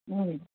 ହୁଁ